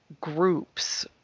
groups